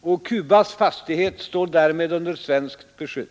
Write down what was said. och Cubas fastighet står därmed under svenskt beskydd.